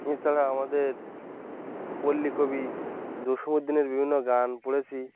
এছাড়া আমাদের পল্লীকবি জসীমউদ্দীনের বিভিন্ন গান পড়েছি